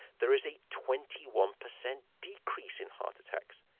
there is a twenty one percent decrease in heart attacks.